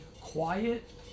quiet